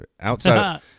outside